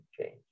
change